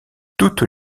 toutes